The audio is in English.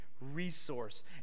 resource